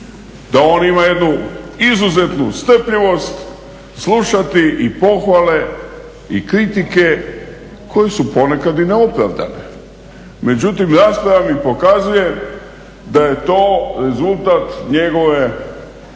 da on ima jednu izuzetnu strpljivost slušati i pohvale i kritike koje su ponekad i neopravdane. Međutim rasprava mi pokazuje da je to rezultat njegove ja